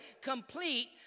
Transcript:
complete